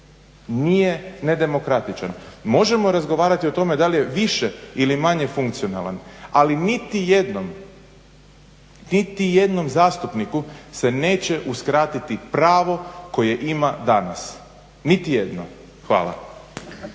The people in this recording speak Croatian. nije nedemokratičan. Možemo razgovarati o tome da li je više ili manje funkcionalan. Ali niti jednom, niti jednom zastupniku se neće uskratiti pravo koje ima danas. Niti jedno. Hvala.